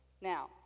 now